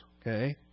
Okay